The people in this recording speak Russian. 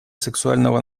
сексуального